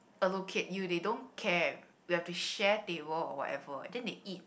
allocate you they don't care we have to share table or whatever then they eat